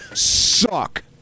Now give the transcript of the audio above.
suck